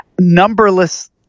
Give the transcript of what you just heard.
numberless